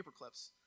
paperclips